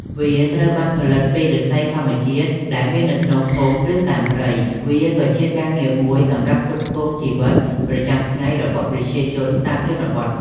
វាត្រូវបានផលិតពីឫស្សីធម្មជាតិដែលមាននៅក្នុងភូមិ ឬតាមព្រៃ វាក៏ជាការងារមួយសម្រាប់ផ្គត់ផ្គង់ជីវិតប្រចាំថ្ងៃរបស់ប្រជាជនតាមជនបទ។